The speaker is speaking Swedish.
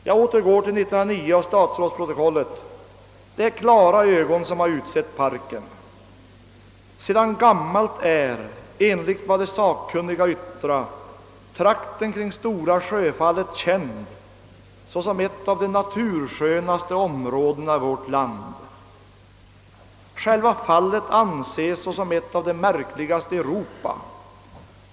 Jag återgår till år 1909 och statsrådets protokoll, vilket visar att det är klara ögon som utsett parken: »Sedan gammalt är, enligt hvad de sakkunniga yttra, trakten kring Stora Sjöfallet känd såsom ett av de naturskönaste områdena i vårt land. Själfva fallet måste anses såsom ett af de märkligaste i Europa.